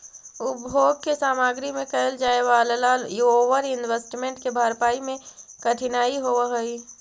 उपभोग के सामग्री में कैल जाए वालला ओवर इन्वेस्टमेंट के भरपाई में कठिनाई होवऽ हई